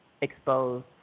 exposed